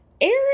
Aaron